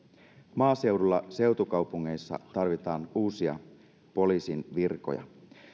maaseudulla seutukaupungeissa tarvitaan uusia poliisin virkoja